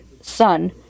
son